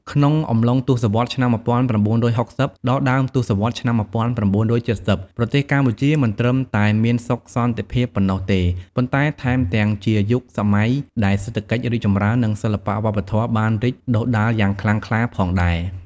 ក្នុងអំឡុង ទសវត្សរ៍ឆ្នាំ១៩៦០ ដល់ដើមទសវត្សរ៍ឆ្នាំ១៩៧០ ប្រទេសកម្ពុជាមិនត្រឹមតែមាន សុខសន្តិភាព ប៉ុណ្ណោះទេ ប៉ុន្តែថែមទាំងជាយុគសម័យដែល សេដ្ឋកិច្ចរីកចម្រើន និង សិល្បៈវប្បធម៌បានរីកដុះដាលយ៉ាងខ្លាំងក្លា ផងដែរ។